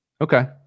Okay